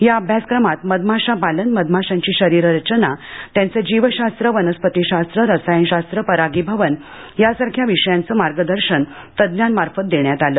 या अभ्यासक्रमात मधमाशापालन मधमाशांची शरीररचनात्यांचे जीवशास्त्र वनस्पतीशास्त्ररसायनशास्त्र परागीभवन या सारख्या विषयांचे मार्गदर्शन तज्ज्ञांमार्फत देण्यात आलं